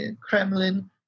Kremlin